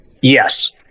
Yes